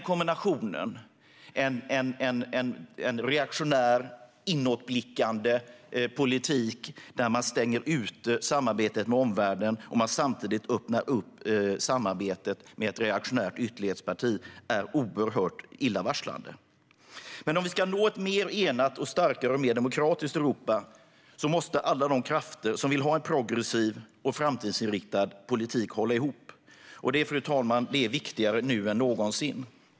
Kombinationen av en reaktionär, inåtblickande politik, där man stänger ute samarbetet med omvärlden, och att man öppnar för samarbete med ett reaktionärt ytterlighetsparti är oerhört illavarslande. Om vi ska nå ett mer enat, starkare och mer demokratiskt Europa måste alla de krafter som har en progressiv och framtidsinriktad politik hålla ihop. Detta är viktigare nu än någonsin.